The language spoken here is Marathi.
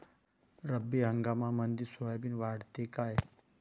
रब्बी हंगामामंदी सोयाबीन वाढते काय?